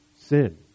sin